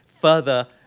further